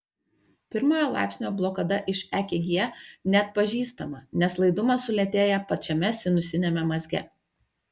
pirmojo laipsnio blokada iš ekg neatpažįstama nes laidumas sulėtėja pačiame sinusiniame mazge